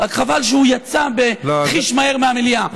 רק חבל שהוא יצא חיש מהר מהמליאה.